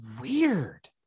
weird